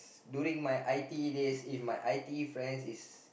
during my I_T_E days if my I_T_E friends is